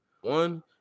One